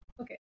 okay